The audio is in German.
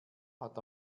hat